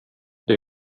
det